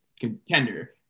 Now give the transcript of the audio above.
contender